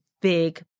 big